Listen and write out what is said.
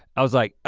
i was like,